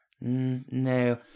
No